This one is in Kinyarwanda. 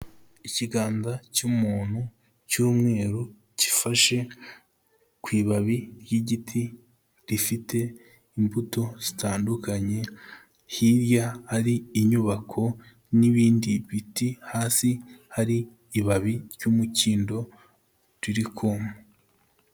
Ikiganza cy'umuntu cy'umweru cyifashe ku ibabi ry'igiti rifite imbuto zitandukanye, hiya hari inyubako n'ibindi biti, hasi hari ibabi ry'umukindo riri kuma.